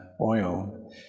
oil